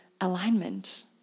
alignment